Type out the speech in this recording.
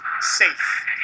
safe